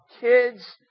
kids